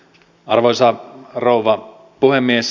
arvoisa rouva puhemies